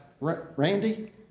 Randy